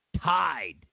tied